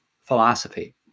philosophy